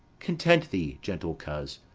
content thee, gentle coz,